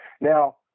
Now